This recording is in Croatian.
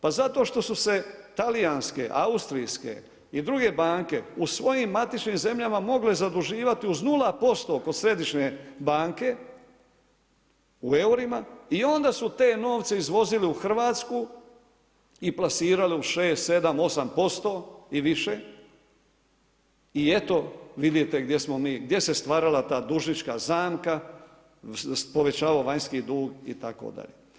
Pa zato što su se talijanske, austrijske i druge banke u svojim matičnim zemljama mogle zaduživati uz nula posto kod Središnje banke u eurima i onda su te novce izvozili u Hrvatsku i plasirali uz 6, 7, 8% i više i eto vidite gdje smo mi, gdje se stvarala ta dužnička zamka, povećavao vanjski dug itd.